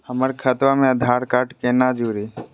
हमर खतवा मे आधार कार्ड केना जुड़ी?